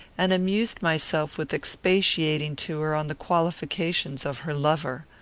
and amused myself with expatiating to her on the qualifications of her lover.